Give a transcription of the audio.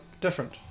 Different